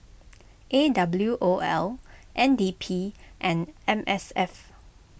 A W O L N D P and M S F